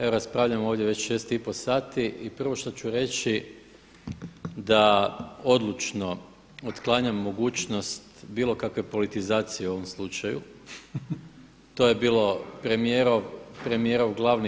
Evo raspravljamo ovdje već 6,5 sati i prvo što ću reći da odlučno otklanjam mogućnost bilo kakve politizacije u ovom slučaju, to je bio premijerov glavni